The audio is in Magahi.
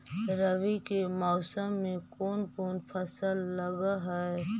रवि के मौसम में कोन कोन फसल लग है?